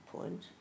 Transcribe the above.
point